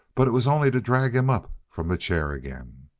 but it was only to drag him up from the chair again.